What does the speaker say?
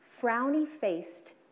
frowny-faced